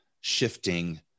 shifting